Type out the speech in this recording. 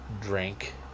Drink